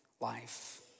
life